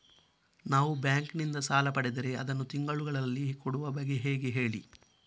ನಾವು ಬ್ಯಾಂಕ್ ನಿಂದ ಸಾಲ ಪಡೆದರೆ ಅದನ್ನು ತಿಂಗಳುಗಳಲ್ಲಿ ಕೊಡುವ ಬಗ್ಗೆ ಹೇಗೆ ಹೇಳಿ